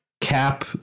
cap